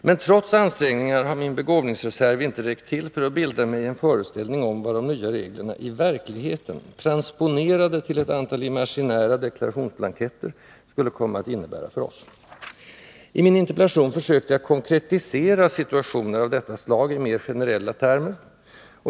Men trots ansträngningar har min begåvningsreserv inte räckt till för att bilda mig en föreställning om vad de nya reglerna, transponerade till ett antal imaginära deklarationsblanketter, i verkligheten skulle komma att innebära för oss. I min interpellation försökte jag konkretisera situationer av detta slag i mera generella termer.